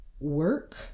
work